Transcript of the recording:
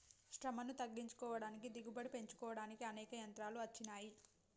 శ్రమను తగ్గించుకోడానికి దిగుబడి పెంచుకోడానికి అనేక యంత్రాలు అచ్చినాయి